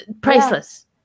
priceless